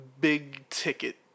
big-ticket